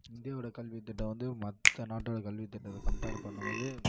இந்தியாவோடய கல்வி திட்டம் வந்து மற்ற நாட்டோடைய கல்வி திட்டத்தை கம்பேர் பண்ணும்போது